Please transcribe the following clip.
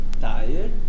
tired